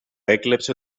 έκλεψε